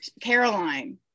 caroline